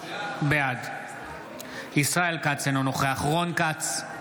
בעד ישראל כץ, אינו נוכח רון כץ,